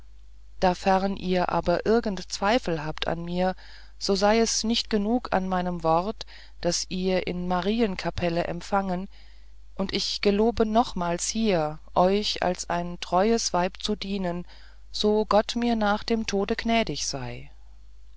dafern ihr aber irgend zweifel habt an mir so sei es nicht genug an meinem wort das ihr in marien kapelle empfangen und ich gelobe nochmals hier euch als ein treues weib zu dienen so gott mir nach dem tode gnädig sei